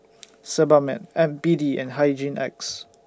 Sebamed B D and Hygin X